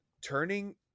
turning